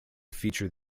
feature